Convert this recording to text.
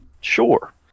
sure